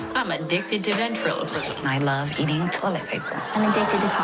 i'm addicted to ventriloquism. i love eating toilet paper.